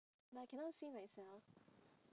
I cannot see myself